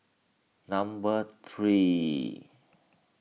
number three